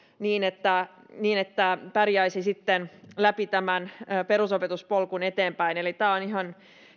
niin että niin että pärjäisi sitten läpi tämän perusopetuspolun eteenpäin eli tämä on ihan